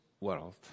world